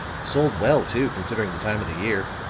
sold well, too, considering the time of the year.